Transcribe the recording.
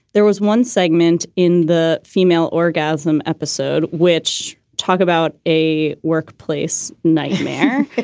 there was one segment in the female orgasm episode which talk about a workplace nightmare.